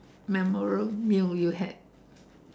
memora~ meal you had